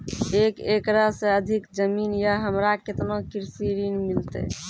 एक एकरऽ से अधिक जमीन या हमरा केतना कृषि ऋण मिलते?